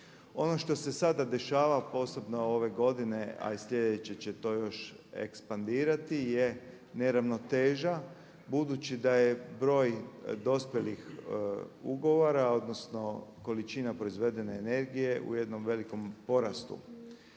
Ono što se sada dešava, posebno ove godine a i sljedeće će to još ekspandirati je neravnoteža budući da je broj dospjelih ugovora, odnosno količina proizvedene energije u jednom velikom porastu.